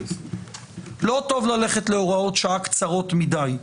לא טוב ללכת להוראות שעה קצרות מדי.